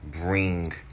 bring